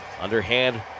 underhand